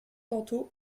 tantôt